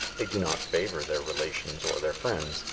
they do not favor their relations or their friends.